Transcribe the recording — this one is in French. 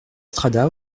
strada